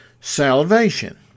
salvation